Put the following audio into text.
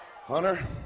Hunter